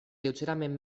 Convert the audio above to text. lleugerament